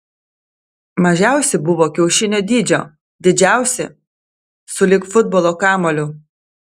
mažiausi buvo kiaušinio dydžio didžiausi sulig futbolo kamuoliu